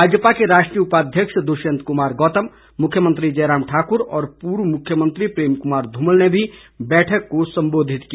भाजपा के राष्ट्रीय उपाध्यक्ष दुष्यंत कुमार गौतम मुख्यमंत्री जयराम ठाकुर और पूर्व मुख्यमंत्री प्रेम कुमार धूमल ने भी बैठक को संबोधित किया